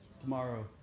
tomorrow